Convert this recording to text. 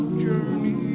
journey